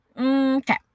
Okay